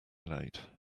late